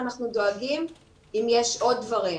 ואנחנו דואגים אם יש עוד דברים.